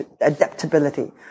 adaptability